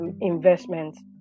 investments